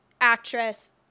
actress